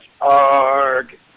arg